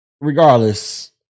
regardless